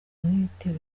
n’ibitero